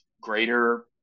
greater